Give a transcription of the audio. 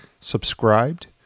subscribed